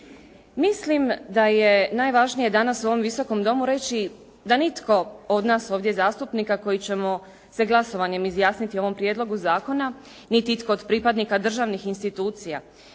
Mislim da je najvažnije danas u ovom Visokom domu reći da nitko od nas ovdje zastupnika koji ćemo se glasovanjem izjasniti o ovom prijedlogu zakona, niti itko od pripadnika državnih institucija,